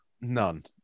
None